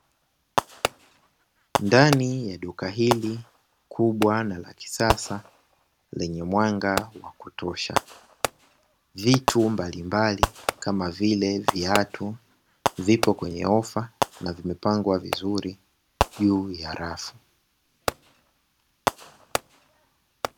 Ndani ya duka hili kubwa na la kisasa lenye mwanga wa kutosha vitu mbalimbali kama vile viatu ,vipo kwenye ofa na vimepangwa vizuri juu ya rafu.